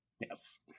Yes